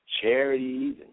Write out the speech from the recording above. charities